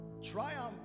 triumph